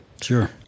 Sure